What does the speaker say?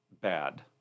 bad